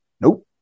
Nope